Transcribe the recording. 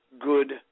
good